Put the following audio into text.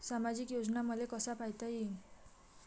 सामाजिक योजना मले कसा पायता येईन?